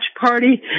party